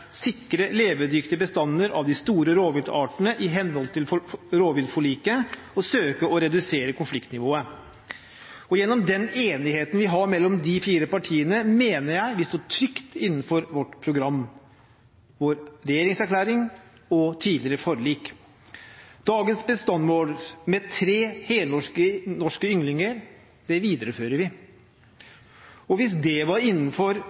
sikre levedyktige bestander av de store rovviltartene i henhold til rovviltforliket, og søke å redusere konfliktnivået.» Gjennom enigheten vi har mellom de fire partiene, mener jeg vi står trygt innenfor vårt program, vår regjeringserklæring og tidligere forlik. Dagens bestandsmål, med tre helnorske ynglinger, viderefører vi. Hvis det var innenfor